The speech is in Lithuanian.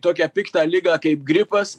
tokią piktą ligą kaip gripas